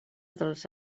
dels